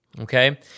Okay